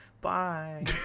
Bye